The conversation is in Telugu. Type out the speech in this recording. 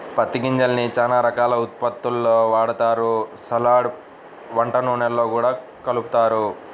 పత్తి గింజల్ని చానా రకాల ఉత్పత్తుల్లో వాడతారు, సలాడ్, వంట నూనెల్లో గూడా కలుపుతారు